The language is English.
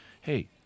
hey